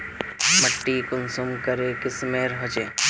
माटी कुंसम करे किस्मेर होचए?